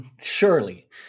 surely